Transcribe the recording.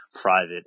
private